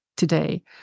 Today